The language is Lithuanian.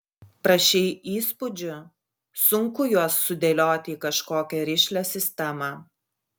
prašei įspūdžių sunku juos sudėlioti į kažkokią rišlią sistemą